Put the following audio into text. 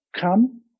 come